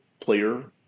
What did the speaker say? Player